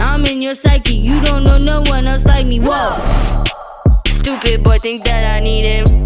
i'm in your psyche you don't know no one else like me whoa stupid boy think that i need him